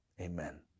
Amen